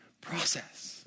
process